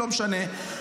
לא משנה.